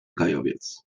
gajowiec